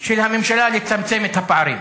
של הממשלה לצמצם את הפערים.